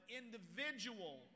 individual